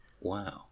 Wow